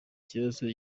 kibazo